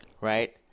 Right